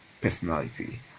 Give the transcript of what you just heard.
personality